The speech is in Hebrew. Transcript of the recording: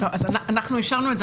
אנחנו אישרנו את זה,